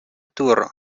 turo